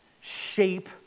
shape